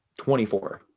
24